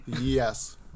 Yes